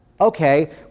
Okay